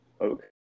okay